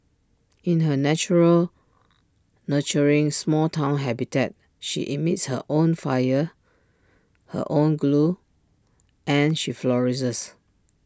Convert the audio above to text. in her natural nurturing small Town habitat she emits her own fire her own glow and she flourishes